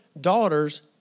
daughters